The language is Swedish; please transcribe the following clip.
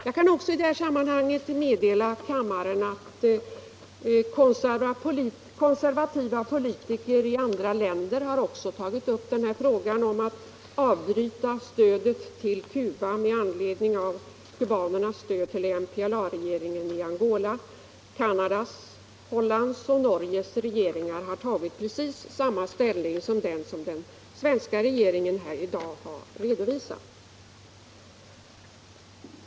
Jag kan i detta sammanhang meddela kammaren att konservativa politiker i andra länder också har tagit upp den här frågan om att avbryta stödet till Cuba med anledning av kubanernas stöd till MPLA-regeringen i Angola. Canadas, Hollands och Norges regeringar har tagit precis samma ställning som den som den svenska regeringen här i dag har redovisat.